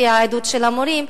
לפי העדות של המורים,